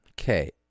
Okay